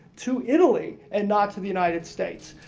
to italy. and not to the united states.